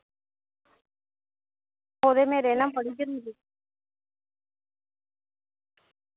ओहदे मेरे ना बडे जरुरी